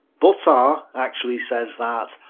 buttar actually says that,